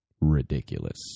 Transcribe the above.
ridiculous